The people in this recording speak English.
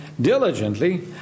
diligently